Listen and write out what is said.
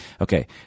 Okay